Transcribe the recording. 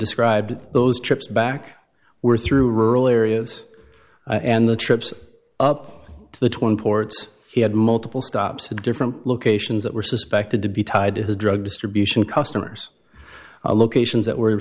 described those trips back were through rural areas and the trips up to the two thousand points he had multiple stops at different locations that were suspected to be tied to his drug distribution customers locations that were